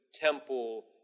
temple